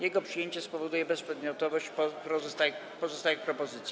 Jego przyjęcie spowoduje bezprzedmiotowość pozostałych propozycji.